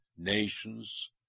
nations